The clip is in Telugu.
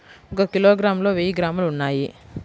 ఒక కిలోగ్రామ్ లో వెయ్యి గ్రాములు ఉన్నాయి